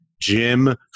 Jim